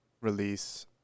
release